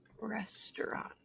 Restaurant